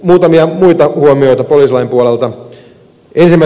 muutamia muita huomioita poliisilain puolelta